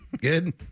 Good